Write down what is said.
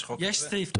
יש סעיף כזה.